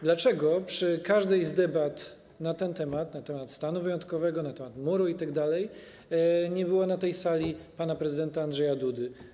Dlaczego przy każdej z debat na ten temat, na temat stanu wyjątkowego, na temat muru itd., nie było na tej sali pana prezydenta Andrzeja Dudy?